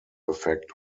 effect